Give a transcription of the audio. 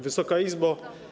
Wysoka Izbo!